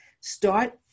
Start